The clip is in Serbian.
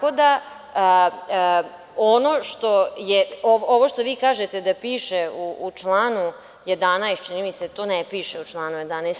Ovo što vi kažete da piše u članu 11, čini mi se, to ne piše u članu 11.